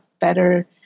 better